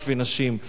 טף ונשים.